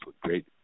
great